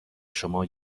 شما